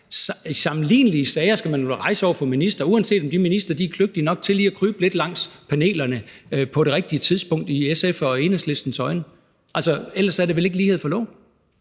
sammenlignelige sager skal man vel rejse over for ministre, uanset om de ministre er kløgtige nok til lige at krybe lidt langs panelerne på det rigtige tidspunkt i SF's og Enhedslistens øjne. Ellers er det vel ikke lighed for loven?